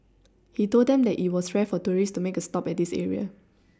he told them that it was rare for tourists to make a stop at this area